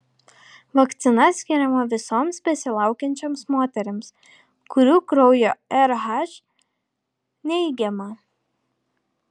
vakcina skiriama visoms besilaukiančioms moterims kurių kraujo rh neigiama